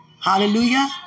Hallelujah